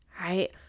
right